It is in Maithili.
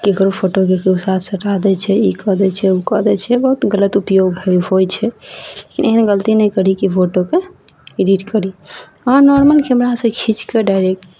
ककरो फोटोकेँ ककरो साथ सटा दै छै ई कऽ दै छै ओ कऽ दै छै बहुत गलत उपयोग होइ छै कि एहन गलती नहि करी कि फोटोकेँ एडिट करी अहाँ नॉर्मल कैमरासे खिचिकऽ डाइरेक्ट